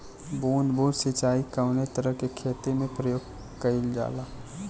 बूंद बूंद सिंचाई कवने तरह के खेती में प्रयोग कइलजाला?